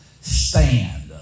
stand